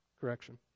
Correction